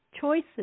choices